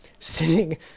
sitting